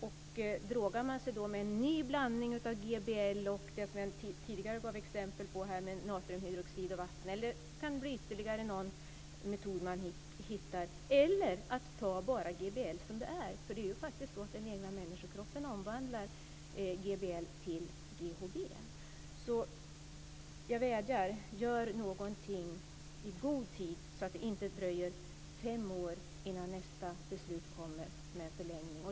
De drogar sig då med en ny blandning av GBL eller som jag tidigare gav exempel på utblandat med natriumhydroxid och vatten eller någon ytterligare metod eller bara GBL som det är. Den egna människokroppen omvandlar GBL till GHB. Jag vädjar - gör någonting i god tid, så att det inte dröjer fem år innan nästa beslut fattas.